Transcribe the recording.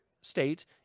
state